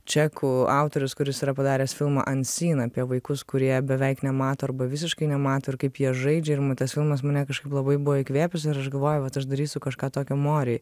čekų autorius kuris yra padaręs filmą unseen apie vaikus kurie beveik nemato arba visiškai nemato ir kaip jie žaidžia ir nu tas filmas mane kažkaip labai buvo įkvėpęs ir aš galvojau vat aš darysiu kažką tokio morei